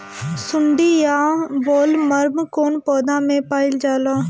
सुंडी या बॉलवर्म कौन पौधा में पाइल जाला?